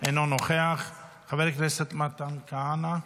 אינו נוכח, חבר הכנסת מתן כהנא,